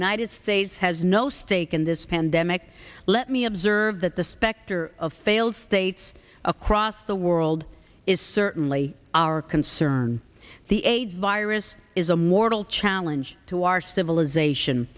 united states has no stake in this pandemic let me observe that the specter of failed states across the world is certainly our concern the aids virus is a mortal challenge to our civilization